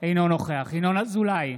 אינו נוכח ינון אזולאי,